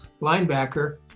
Linebacker